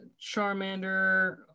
Charmander